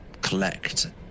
collect